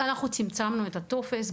אנחנו צמצמנו את הטופס.